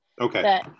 okay